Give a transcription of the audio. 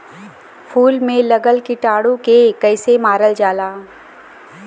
फूल में लगल कीटाणु के कैसे मारल जाला?